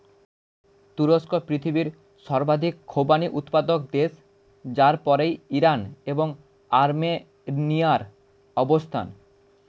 তুরস্ক পৃথিবীর সর্বাধিক খোবানি উৎপাদক দেশ যার পরেই ইরান এবং আর্মেনিয়ার অবস্থান